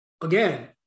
again